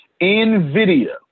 NVIDIA